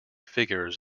figures